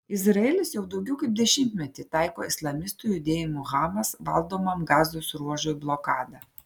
izraelis jau daugiau kaip dešimtmetį taiko islamistų judėjimo hamas valdomam gazos ruožui blokadą